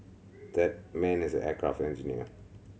that man is an aircraft engineer